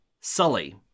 Sully